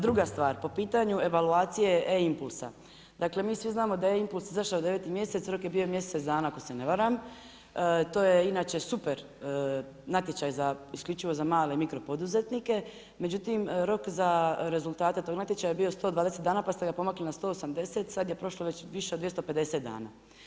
Druga stvar, po pitanju evaluacije E-impulsa, dakle mi svi znamo da je impuls izašao u 9. mjesecu, rok je bio mjesec dana ako se ne varam, to je inače super natječaj isključivo za male i mikro poduzetnike, međutim rok za rezultate tog natječaja je bio 120 dana, pa ste ga pomakli na 180, sad je prošlo više od 250 dana.